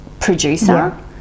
producer